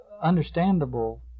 understandable